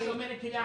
מה שאומרת הילה,